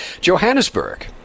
Johannesburg